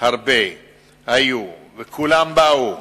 הרבה היו, וכולם באו